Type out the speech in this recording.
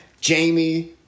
Jamie